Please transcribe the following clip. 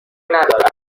ندارد